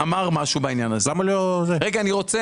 אני רוצה